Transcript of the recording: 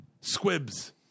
squibs